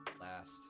last